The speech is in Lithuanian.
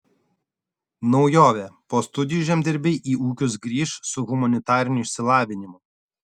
naujovė po studijų žemdirbiai į ūkius grįš su humanitariniu išsilavinimu